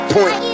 Point